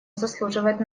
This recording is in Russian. заслуживает